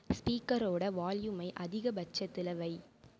ஸ்பீக்கரோட வால்யூமை அதிகபட்சத்தில் வை